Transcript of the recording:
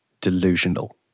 delusional